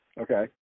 Okay